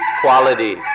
quality